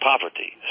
poverty